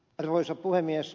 arvoisa puhemies